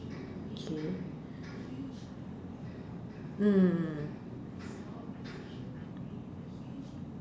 K mm